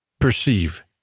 perceive